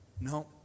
No